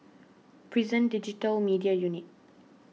Prison Digital Media Unit